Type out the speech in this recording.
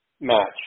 match